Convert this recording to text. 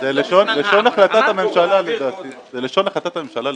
זה לשון החלטת הממשלה, לדעתי.